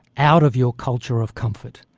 out of your culture of comfort,